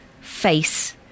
face